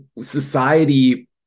society